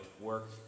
work